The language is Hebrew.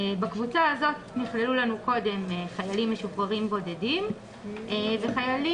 בקבוצה הזאת נכללו לנו קודם חיילים משוחררים בודדים וחיילים